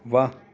वाह